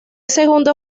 segundo